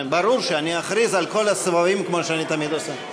ברור שאני אכריז על כל הסבבים כמו שאני תמיד עושה.